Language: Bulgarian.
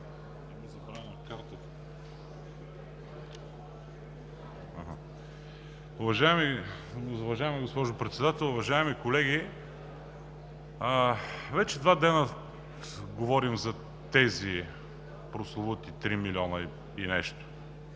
Уважаема госпожо Председател, уважаеми колеги! Вече два дни говорим за тези прословути три милиона и нещо.